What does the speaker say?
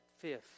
fifth